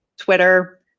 Twitter